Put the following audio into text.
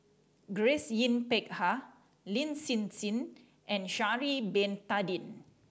Grace Yin Peck Ha Lin Hsin Hsin and Sha'ari Bin Tadin